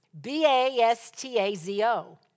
B-A-S-T-A-Z-O